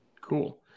cool